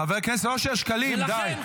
--- חבר הכנסת אושר שקלים, די.